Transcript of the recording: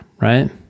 right